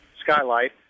skylight